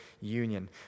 union